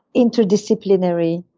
interdisciplinary,